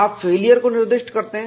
आप फेलियर को निर्दिष्ट करते हैं